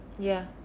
ya